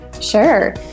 Sure